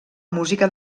música